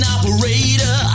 operator